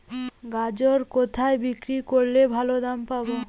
গাজর কোথায় বিক্রি করলে ভালো দাম পাব?